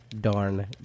darn